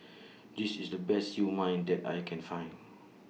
This IS The Best Siew Mai that I Can Find